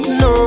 no